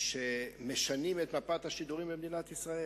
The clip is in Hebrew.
שבאמת משנים את מפת השידורים במדינת ישראל.